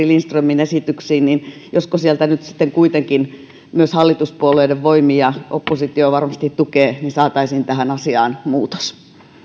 lindströmin esityksiin niin ehkä sieltä nyt sitten kuitenkin myös hallituspuolueiden voimin joita oppositio varmasti tukee saataisiin tähän asiaan muutos